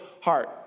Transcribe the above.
heart